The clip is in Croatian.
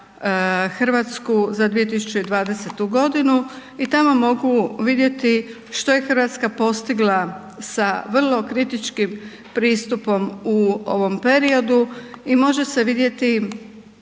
Hrvatsku za 2020. g. i tamo mogu vidjeti što je Hrvatska postigla sa vrlo kritičkim pristupom u ovom periodu i može se vidjeti